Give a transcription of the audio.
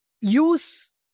use